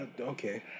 Okay